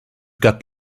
got